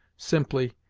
simply,